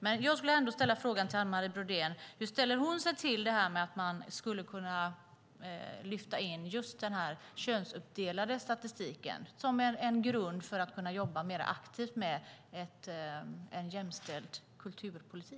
Men jag vill fråga Anne Marie Brodén hur hon ställer sig till att man skulle kunna lyfta in just denna könsuppdelade statistik som en grund för att kunna jobba mer aktivt med en jämställd kulturpolitik.